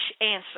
answer